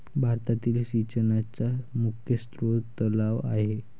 भारतातील सिंचनाचा मुख्य स्रोत तलाव आहे